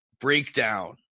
breakdown